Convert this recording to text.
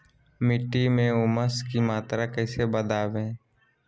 मिट्टी में ऊमस की मात्रा कैसे बदाबे?